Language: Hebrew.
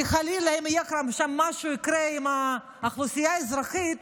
כי חלילה אם משהו יקרה עם האוכלוסייה האזרחית,